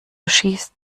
schießt